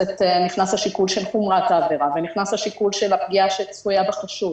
נכנס השיקול של חומרת העבירה ונכנס השיקול של הפגיעה הצפויה בחשוד